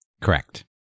Correct